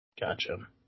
Gotcha